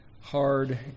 hard